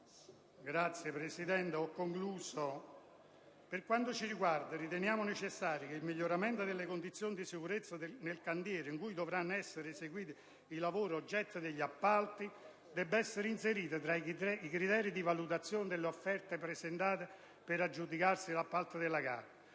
Per quanto ci riguarda - e concludo - riteniamo necessario che il miglioramento delle condizioni di sicurezza nel cantiere in cui dovranno essere eseguiti i lavori oggetto degli appalti debba essere inserito tra i criteri di valutazione delle offerte presentate per aggiudicarsi l'appalto della gara.